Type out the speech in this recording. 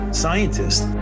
scientists